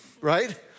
right